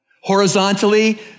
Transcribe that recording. Horizontally